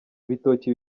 ibitoki